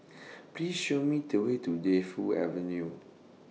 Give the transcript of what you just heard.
Please Show Me The Way to Defu Avenue